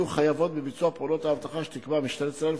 יהיו חייבות בביצוע פעולות האבטחה שתקבע משטרת ישראל,